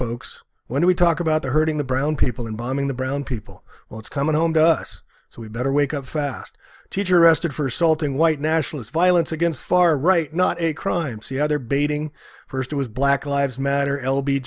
folks when we talk about hurting the brown people in bombing the brown people well it's coming home to us so we better wake up fast teacher arrested for assaulting white nationalists violence against far right not a crime see either baiting first it was black lives matter l